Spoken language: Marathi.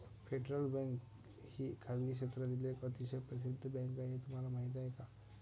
फेडरल बँक ही खासगी क्षेत्रातील एक अतिशय प्रसिद्ध बँक आहे हे तुम्हाला माहीत आहे का?